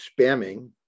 spamming